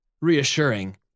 reassuring